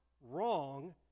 wrong